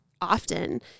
often